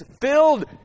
filled